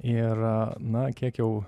ir na kiek jau